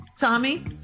Tommy